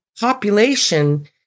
Population